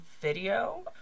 video